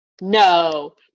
No